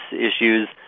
issues